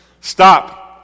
Stop